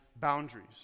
boundaries